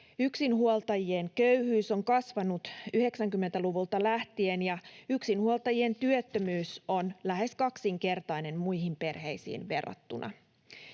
Yksinhuoltajien köyhyys on kasvanut 90-luvulta lähtien, ja yksinhuoltajien työttömyys on lähes kaksinkertainen muihin perheisiin verrattuna.